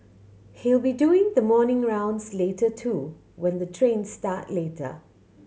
he'll be doing the morning rounds later too when the trains start later